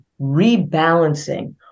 rebalancing